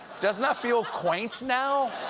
doesn't that feel quaint now?